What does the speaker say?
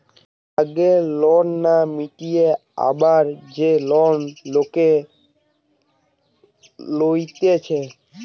আগের লোন না মিটিয়ে আবার যে লোন লোক লইতেছে